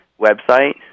website